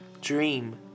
dream